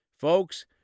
Folks